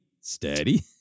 steady